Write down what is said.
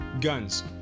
Guns